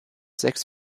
sechs